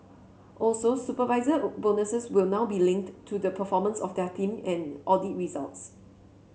also supervisor bonuses will now be linked to the performance of their team and audit results